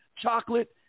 chocolate